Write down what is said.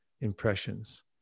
impressions